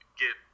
get